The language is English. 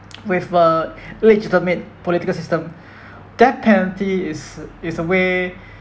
with a illegitimate political system death penalty is is a way